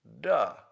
Duh